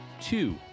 two